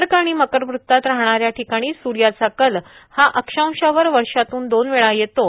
कर्क आणि मकर वृत्तात राहणा या ठिकाणी सुर्याचा कल हा अक्षांशावर वर्षातून दोनवेळा येतो